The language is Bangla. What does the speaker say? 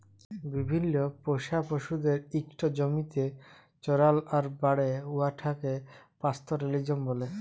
বিভিল্ল্য পোষা পশুদের ইকট জমিতে চরাল আর বাড়ে উঠাকে পাস্তরেলিজম ব্যলে